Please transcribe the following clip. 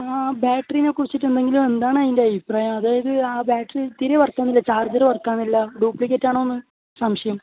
ആ ബാറ്ററിയിനെ കുറിച്ചിട്ടെന്തെങ്കിലും എന്താണ് അതിൻ്റെ അഭിപ്രായം അതായത് ആ ബാറ്ററി തീരെ വർക്ക് ആവുന്നില്ല ചാർജർ വർക്ക് ആവുന്നില്ല ഡ്യൂപ്ലിക്കേറ്റ് ആണോ എന്ന് സംശയം